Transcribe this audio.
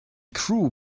crew